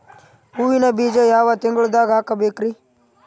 ಹೂವಿನ ಬೀಜ ಯಾವ ತಿಂಗಳ್ದಾಗ್ ಹಾಕ್ಬೇಕರಿ?